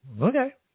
Okay